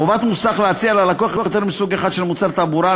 חובת מוסך להציע ללקוח יותר מסוג אחד של מוצר תעבורה,